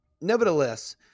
Nevertheless